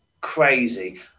crazy